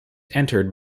entered